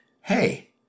Hey